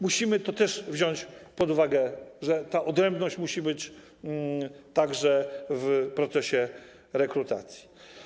Musimy to też wziąć pod uwagę, że ta odrębność musi być także w procesie rekrutacji.